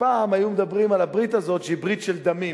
שפעם היו מדברים על הברית הזאת שהיא ברית של דמים,